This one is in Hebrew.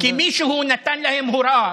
כי מישהו נתן להם הוראה,